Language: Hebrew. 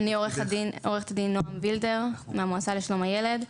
אני עורכת הדין נעם וילדר מהמועצה לשלום הילד.